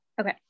Okay